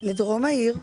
לדרום העיר.